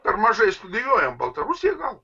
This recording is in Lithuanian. per mažai studijuojam baltarusiją gal